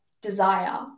desire